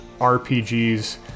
RPGs